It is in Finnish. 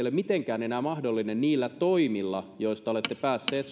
ole mitenkään enää mahdollinen niillä toimilla joista olette päässeet